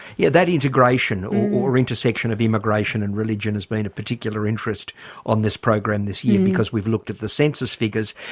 yeah that integration or intersection of immigration and religion has been a particular interest on this program this year because we've looked at the census figures.